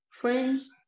Friends